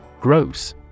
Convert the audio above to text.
Gross